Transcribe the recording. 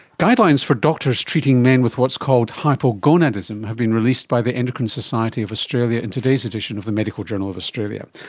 guidelines for doctors treating men with what's called hypogonadism have been released by the endocrine society of australia in today's edition of the medical journal of australia,